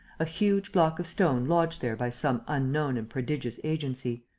a huge block of stone lodged there by some unknown and prodigious agency.